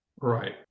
Right